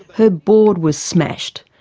her board was smashed.